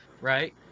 right